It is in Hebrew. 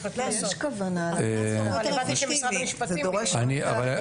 אבל הבנתי שמשרד המשפטים --- זה הרבה יותר אפקטיבי.